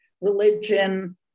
religion